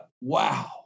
wow